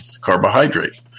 carbohydrate